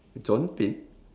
john pin